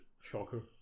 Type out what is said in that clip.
Shocker